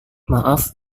maaf